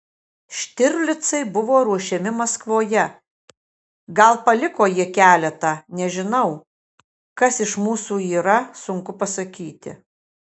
štirlicai buvo ruošiami maskvoje gal paliko jie keletą nežinau kas iš mūsų yra sunku pasakyti